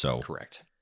Correct